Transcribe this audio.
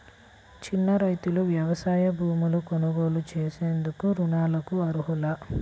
చిన్న రైతులు వ్యవసాయ భూములు కొనుగోలు చేసేందుకు రుణాలకు అర్హులా?